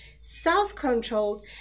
self-controlled